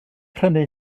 prynu